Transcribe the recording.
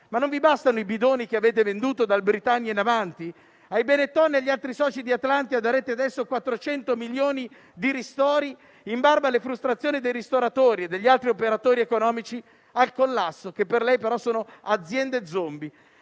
Ma non vi bastano i bidoni che avete venduto dal Britannia in avanti? Ai Benetton e agli altri soci di Atlantia darete adesso 400 milioni di ristori, in barba alle frustrazioni dei ristoratori e degli altri operatori economici al collasso, che per lei, però, sono aziende *zombie*.